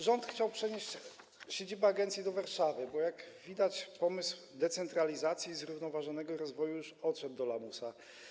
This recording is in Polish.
Rząd chciał przenieść siedzibę agencji do Warszawy, bo - jak widać - pomysł decentralizacji i zrównoważonego rozwoju już odszedł do lamusa.